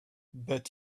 but